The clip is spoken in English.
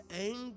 anger